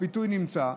הפיתוי נמצא,